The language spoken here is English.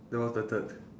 then what's the third